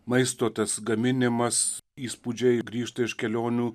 maisto tas gaminimas įspūdžiai grįžta iš kelionių